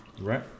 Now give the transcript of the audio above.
Right